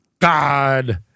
God